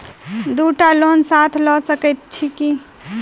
दु टा लोन साथ लऽ सकैत छी की?